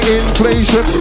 inflation